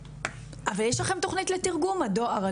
ויש לכם תוכנית לתרגום, הדואר?